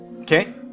Okay